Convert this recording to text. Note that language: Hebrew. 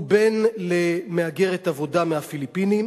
הוא בן למהגרת עבודה מהפיליפינים